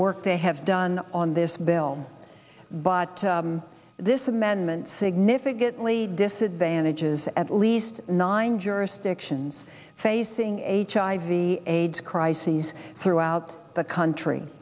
work they have done on this bill but this amendment significantly disadvantages at least nine jurisdictions facing h i v aids crises throughout the country